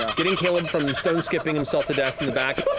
ah getting caleb from stone-skipping himself to death, in the back.